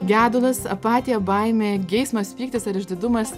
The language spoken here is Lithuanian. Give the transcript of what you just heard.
gedulas apatija baimė geismas pyktis ar išdidumas